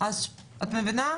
את מבינה?